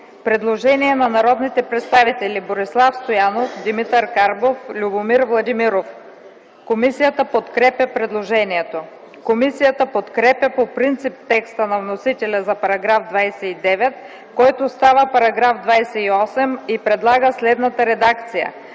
Предложение на народните представители Борислав Стоянов, Димитър Карбов, Любомир Владимиров. Комисията подкрепя предложението. Комисията подкрепя по принцип текста на вносителя за § 29, който става § 28, и предлага следната редакция: